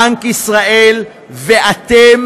בנק ישראל ואתם,